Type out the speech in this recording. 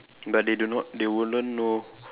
but they do not they wouldn't know